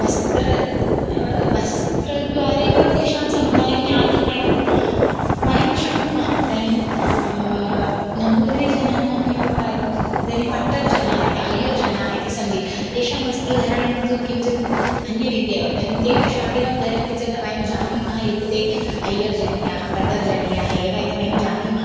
वस्त्रं वस्त्रद्वारा एव तेषां समुदायं ज्ञातुं वयं वयं शक्नुमः इदानीं नम्बूद्रिजनानामेव वयं इदानीं पट्टर् जनाः इति अय्यर्जनाः इति सन्ति तेषां वस्त्रधरणं तु किञ्चित् अन्यरीत्येव इदानीं ते तु शाटिकां धरन्ति च द वयं जानीमः यत् ते अय्यर्जनीयः पट्टर् जनीयाः एव इति वयं जानीमः